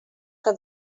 que